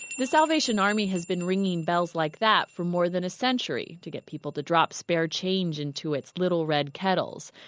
the salvation army has been ringing bells like that for more than a century to get people to drop spare change into its little red kettles.